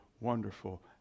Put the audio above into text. wonderful